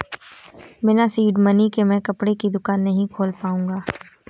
बिना seed money के मैं कपड़े की दुकान नही खोल पाऊंगा